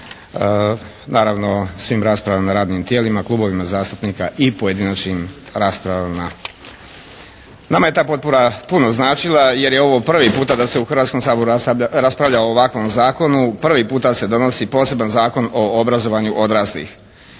naravno svim raspravama na radnim tijelima, klubovima zastupnika i pojedinačnim raspravama. Nama je ta potpora puno značila jer je ovo prvi puta da se u Hrvatskom saboru raspravlja o ovakvom zakonu. Prvi puta se donosi poseban zakon o obrazovanju odraslih.